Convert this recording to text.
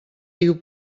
diu